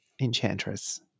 enchantress